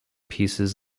pieces